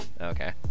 okay